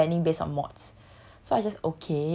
then he also tell me he planning based on mods